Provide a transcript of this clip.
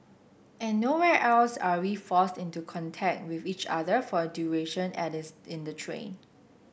and nowhere else are we forced into contact with each other for a duration as in the train